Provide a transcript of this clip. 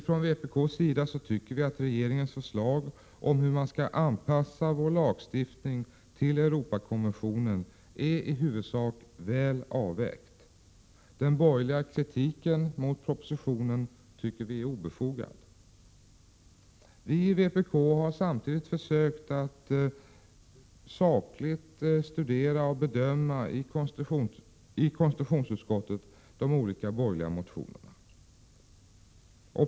Från vpk:s sida tycker vi att regeringens förslag om hur man skall anpassa vår lagstiftning till Europakonventionen är i huvudsak väl avvägt. Den borgerliga kritiken mot propositionen tycker vi är obefogad. Vi i vpk har försökt att sakligt studera och bedöma de borgerliga motionerna.